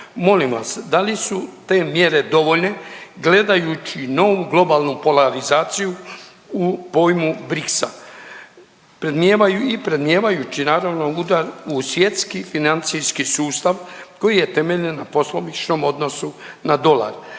Molim vas, da li su te mjere dovoljne, gledajući novu globalnu polarizaciju u pojmu Brixa. Predmjevaju i predmjevajući naravno udar u svjetski financijski sustav koji je temeljen na poslovičnom odnosu na dolar.